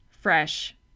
fresh